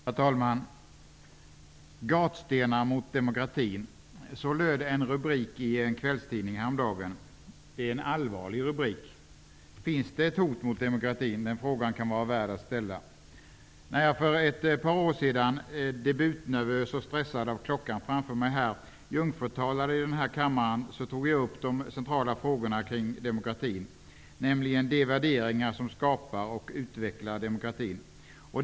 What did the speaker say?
Herr talman! ''Gatstenar mot demokratin.'' Så löd en rubrik i en kvällstidning häromdagen. Det är en allvarlig rubrik. Finns det ett hot mot demokratin? Den frågan kan vara värd att ställa. När jag för ett par år sedan, debutnervös och stressad av klockan framför mig, jungfrutalade i denna kammare tog jag upp de centrala frågorna kring demokratin, nämligen de värderingar som skapar och utvecklar demokratin.